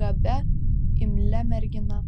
gabia imlia mergina